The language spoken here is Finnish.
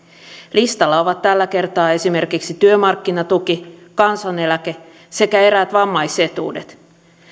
listalla ovat tällä kertaa esimerkiksi työmarkkinatuki kansaneläke sekä eräät vammaisetuudet